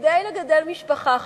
כדי לגדל משפחה,